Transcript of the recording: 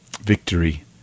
victory